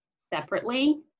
separately